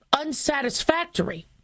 unsatisfactory